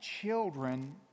children